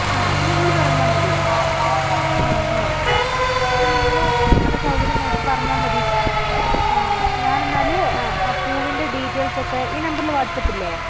ആ അത് നിങ്ങള് പറഞ്ഞാല് മതി ആ ഹാ അത് നിങ്ങള് നിങ്ങളുടെ സൗകര്യം നോക്കി പറഞ്ഞാല് മതി ആ ഞാനെന്നാല് ആ പൂവിൻ്റെ ഡീറ്റെയിൽസൊക്കെ ഈ നമ്പറില് വാട്സാപ്പില്ലേ